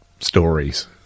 stories